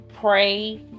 pray